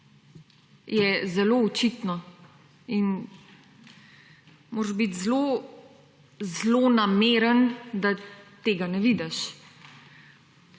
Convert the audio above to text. je zelo očitno in moraš biti zelo nameren, da tega ne vidiš.